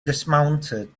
dismounted